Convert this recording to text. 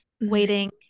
waiting